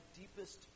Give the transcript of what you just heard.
deepest